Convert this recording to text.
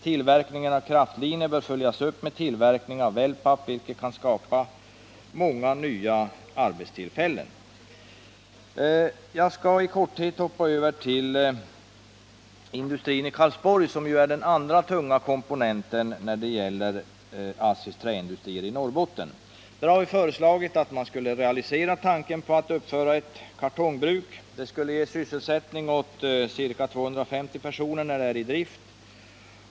Tillverkningen av kraftliner bör följas upp med tillverkningar av wellpapp, vilket kan skapa många nya arbetstillfällen. Jag skall också i korthet beröra industrin i Karlsborg, som är den andra tunga komponenten i ASSI:s träindustrier i Norrbotten. Där har vi föreslagit att man skulle realisera tanken att uppföra ett kartongbruk. Det skulle ge sysselsättning åt ca 250 personer när det är i drift.